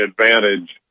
advantage